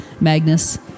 magnus